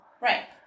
Right